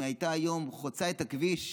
אם הייתה היום חוצה את הכביש,